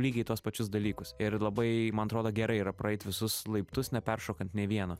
lygiai tuos pačius dalykus ir labai man atrodo gerai yra praeit visus laiptus neperšokant nei vieno